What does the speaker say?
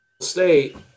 state